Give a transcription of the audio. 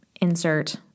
insert